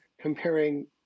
comparing